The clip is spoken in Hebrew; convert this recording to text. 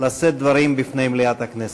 לשאת דברים בפני מליאת הכנסת.